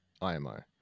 imo